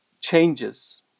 changes